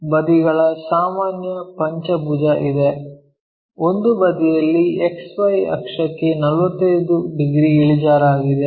ಬದಿಗಳ ಸಾಮಾನ್ಯ ಪಂಚಭುಜ ಇದೆ ಒಂದು ಬದಿಯಲ್ಲಿ XY ಅಕ್ಷಕ್ಕೆ 45 ಡಿಗ್ರಿ ಇಳಿಜಾರಾಗಿದೆ